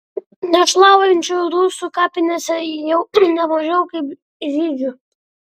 našlaujančių rusių kapinėse jau ne mažiau kaip žydžių